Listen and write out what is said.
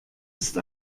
ist